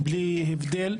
בלי הבדל,